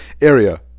area